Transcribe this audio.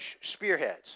spearheads